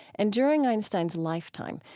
and during einstein's lifetime,